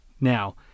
Now